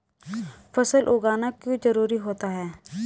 फसल उगाना क्यों जरूरी होता है?